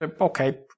Okay